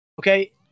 Okay